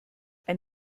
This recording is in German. ein